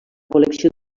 col·lecció